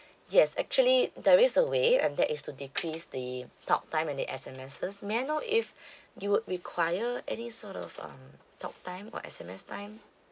yes actually there is a way and that is to decrease the talktime and the S_M_Ss may I know if you would require any sort of um talktime or S_M_S time